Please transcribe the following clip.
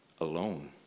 alone